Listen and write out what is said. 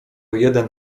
jeden